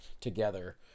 together